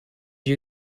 you